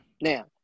Now